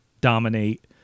dominate